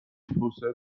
توسعه